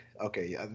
okay